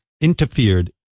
interfered